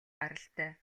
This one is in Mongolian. гаралтай